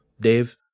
Dave